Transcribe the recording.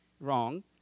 Wrong